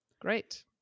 great